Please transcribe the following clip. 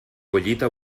collita